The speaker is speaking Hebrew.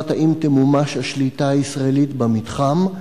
1. האם תמומש השליטה הישראלית במתחם?